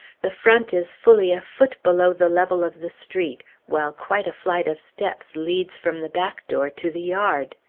the front is fully a foot below the level of the street, while quite a flight of steps leads from the back door to the yard.